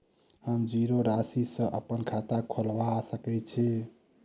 हम जीरो राशि सँ अप्पन खाता खोलबा सकै छी?